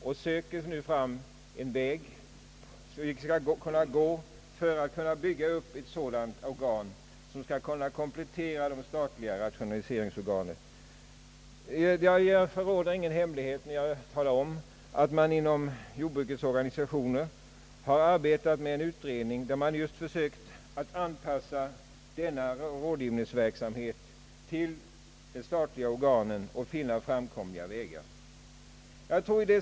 Vi söker nu finna en väg som vi skall kunna gå för att bygga upp ett sådant organ som komplettering till de statliga rationaliseringsorganen. Jag förråder ingen hemlighet när jag säger, att man inom jordbrukets organisationer har arbetat med en utredning just i syfte att anpassa rådgivningsverksamheten till de statliga organen och finna framkomliga vägar.